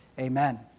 Amen